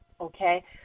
okay